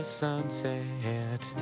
sunset